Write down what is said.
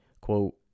quote